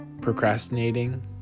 Procrastinating